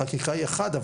חקיקה היא אחד,